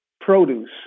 produce